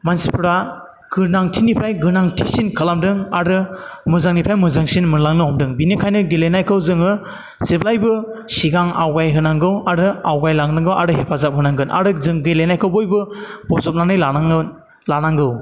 मानसिफ्रा गोनांथिनिफ्राय गोनांथिसिन खालामदों आरो मोजांनिफ्राय मोजांसिन मोनलांनो हमदों बेनिखायनो गेलेनायखौ जोङो जेब्लाबो सिगां आवगायहोनांगौ आरो आवगायलांनांगौ आरो हेफाजाब होनांगोन आरो जों गेलेनायखौ बयबो बोजबनानै लानांगोन लानांगौ